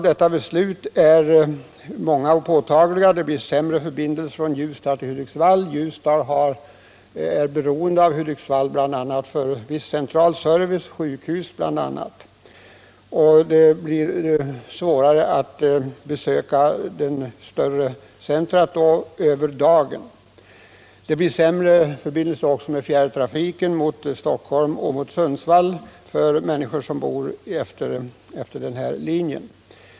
detta beslut är många och påtagliga. Det blir sämre förbindelser mellan Nr 59 Ljusdal och Hudiksvall. Ljusdal är beroende av Hudiksvall bl.a. för viss Torsdagen den central service, t.ex. sjukhus. Det blir vidare svårare att besöka det större av 12 januari 1978 dessa centra över dagen. Det blir också sämre förbindelser med fjärrtrafiken mot Stockholm och mot Sundsvall för människor som bor utefter denna linje.